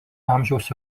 amžiaus